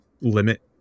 limit